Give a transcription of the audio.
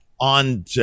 on